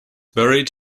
buried